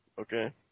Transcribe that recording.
okay